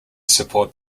support